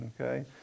okay